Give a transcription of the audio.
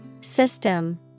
System